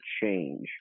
change